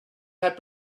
had